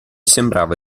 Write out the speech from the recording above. sembrava